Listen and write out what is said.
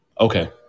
Okay